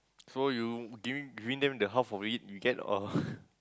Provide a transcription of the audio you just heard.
so you giving giving them the half of it you get or